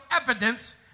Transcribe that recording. evidence